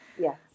yes